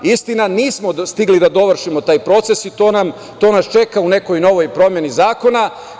Istina nismo stigli da dovršimo taj proces i to nas čeka u nekoj novoj promeni zakona.